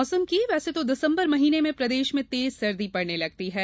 मौसम वैसे तो दिसम्बर महीने में प्रदेश में तेज सर्दी पड़ने लगती थी